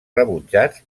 rebutjats